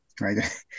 right